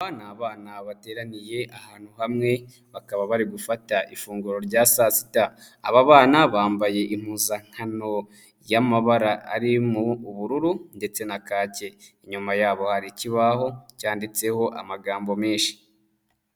Aba ni abana bateraniye ahantu hamwe bakaba bari gufata ifunguro rya saa sita, aba bana bambaye impuzankano y'amabara arimo ubururu ndetse na kake, inyuma yabo hari ikibaho cyanditseho amagambo menshi.